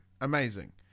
Amazing